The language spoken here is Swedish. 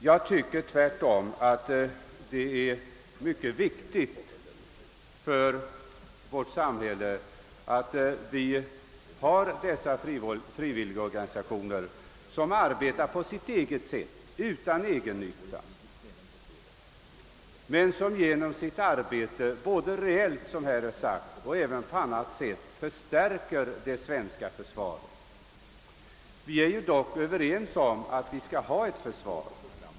Jag anser tvärtom att det är mycket viktigt för vårt samhälle att ha dessa frivilligorganisationer som arbetar på sitt eget sätt, utan egennytta, men som genom sitt arbete, både reellt — såsom här har sagts tidigare — och även på annat sätt förstärker det svenska försvaret. Vi är dock överens om att vi skall ha ett försvar.